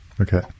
Okay